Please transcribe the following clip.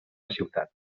ciutat